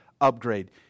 Upgrade